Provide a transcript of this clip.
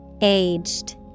aged